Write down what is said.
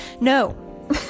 No